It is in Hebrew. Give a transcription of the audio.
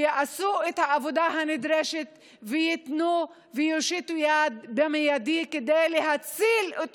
יעשו את העבודה הנדרשת וייתנו ויושיטו יד במיידי כדי להציל את